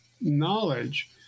knowledge